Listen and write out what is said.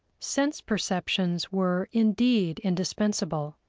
sense perceptions were indeed indispensable,